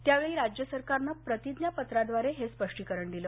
त्यावेळी राज्य सरकारनं प्रतिज्ञा पत्राद्वारे हे स्पष्टीकरण दिलं